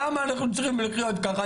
למה אנחנו צריכים לחיות ככה?